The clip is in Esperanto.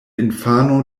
infano